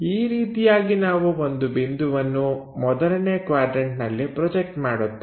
ಈ ರೀತಿಯಾಗಿ ನಾವು ಒಂದು ಬಿಂದುವನ್ನು ಮೊದಲನೇ ಕ್ವಾಡ್ರನ್ಟನಲ್ಲಿ ಪ್ರೊಜೆಕ್ಟ್ ಮಾಡುತ್ತೇವೆ